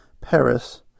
Paris